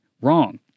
wrong